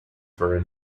for